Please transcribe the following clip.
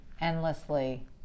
endlessly